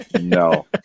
No